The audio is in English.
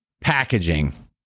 packaging